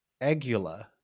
Agula